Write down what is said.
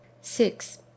six